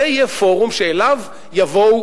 זה יהיה פורום שאליו יובאו